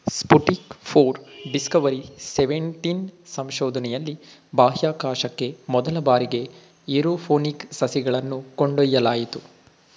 Sputnik four, discovery seventeen ಸಂಶೋಧನೆಯಲ್ಲಿ ಬಾಹ್ಯಾಕಾಶಕ್ಕೆ ಮೊದಲ ಬಾರಿಗೆ ಏರೋಪೋನಿಕ್ ಸಸಿಗಳನ್ನು ಕೊಂಡೊಯ್ಯಲಾಯಿತು